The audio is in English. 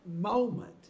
moment